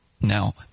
Now